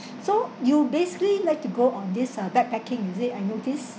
so you basically like to go on this uh backpacking is it I notice